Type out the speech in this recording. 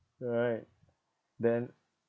right then